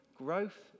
Growth